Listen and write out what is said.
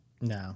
No